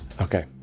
Okay